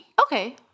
Okay